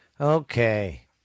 Okay